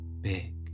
big